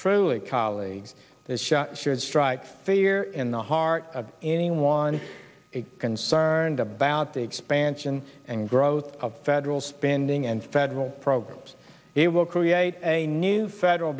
truly colleagues that she should strike fear in the heart of anyone concerned about the expansion and growth of federal spending and federal programs it will create a new federal